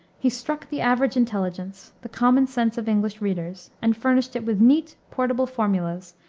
he struck the average intelligence, the common sense of english readers, and furnished it with neat, portable formulas,